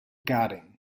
guarding